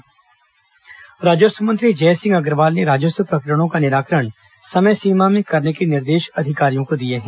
राजस्व प्रकरण समीक्षा राजस्व मंत्री जयसिंह अग्रवाल ने राजस्व प्रकरणों का निराकरण समय सीमा में करने के निर्देश अधिकारियों को दिए हैं